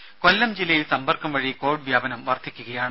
ദേദ കൊല്ലം ജില്ലയിൽ സമ്പർക്കം വഴി കൊവിഡ് വ്യാപനം വർദ്ധിക്കുകയാണ്